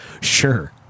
Sure